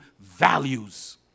values